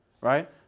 right